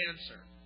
answer